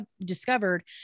discovered